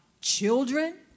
children